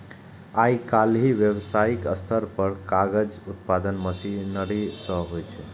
आइकाल्हि व्यावसायिक स्तर पर कागजक उत्पादन मशीनरी सं होइ छै